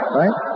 right